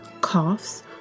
coughs